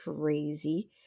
crazy